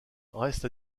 restent